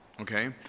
Okay